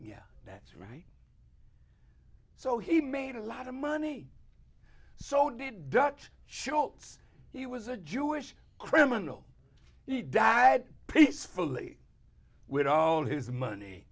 yeah that's right so he made a lot of money so did dutch schultz he was a jewish criminal he died peacefully with all his money